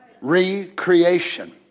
recreation